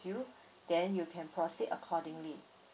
you then you can proceed accordingly